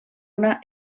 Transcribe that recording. una